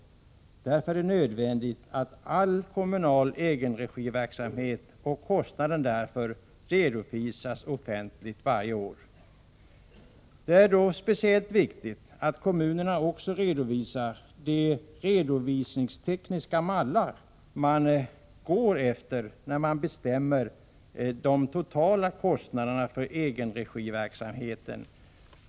Mot denna bakgrund är det nödvändigt att all kommunal egenregiverksamhet och kostnaden därför redovisas offentligt varje år. Det är speciellt viktigt att kommunerna även redovisar de redovisningstekniska mallar som de går efter när de bestämmer de totala kostnaderna för egenregiverksamheten.